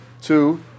two